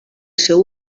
seu